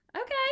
Okay